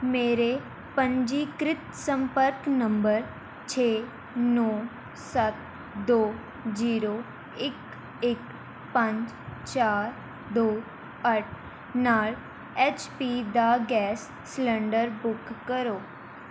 ਮੇਰੇ ਪੰਜੀਕ੍ਰਿਤ ਸੰਪਰਕ ਨੰਬਰ ਛੇ ਨੌ ਸੱਤ ਦੋ ਜ਼ੀਰੋ ਇੱਕ ਇੱਕ ਪੰਜ ਚਾਰ ਦੋ ਅੱਠ ਨਾਲ਼ ਐੱਚ ਪੀ ਦਾ ਗੈਸ ਸਿਲੰਡਰ ਬੁੱਕ ਕਰੋ